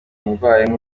umurwayi